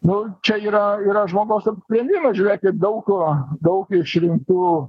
nu čia yra yra žmogaus apsisprendimas žiūrėkit daug daug išrinktų